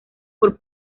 por